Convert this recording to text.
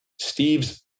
Steve's